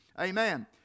Amen